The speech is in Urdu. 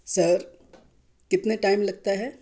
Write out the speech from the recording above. سر کتنے ٹائم لگتا ہے